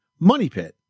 MONEYPIT